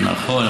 נכון,